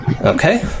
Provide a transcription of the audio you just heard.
Okay